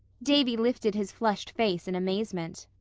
davy lifted his flushed face in amazement.